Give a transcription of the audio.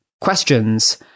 questions